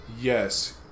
Yes